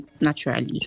naturally